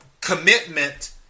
commitment